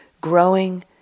growing